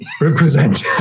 Represent